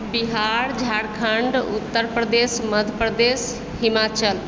Bihar Jharkhand Uttar Pradesh Madhya Pradesh Himachal